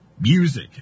music